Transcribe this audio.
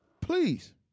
please